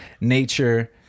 nature